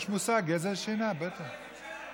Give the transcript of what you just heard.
יש מושג "גזל שינה", בטח.